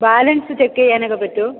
balance check ചെയ്യാൻ ഒക്കെ പറ്റുമോ